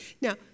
Now